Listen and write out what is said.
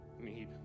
need